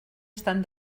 estan